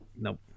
Nope